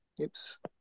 oops